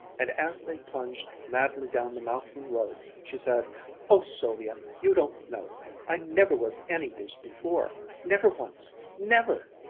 and as they plunged madly down the mountain road, she said oh, sylvia, you don't know i never was any use before never once never!